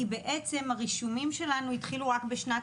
כי בעצם הרישומים שלנו התחילו רק בשנת